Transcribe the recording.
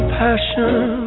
passion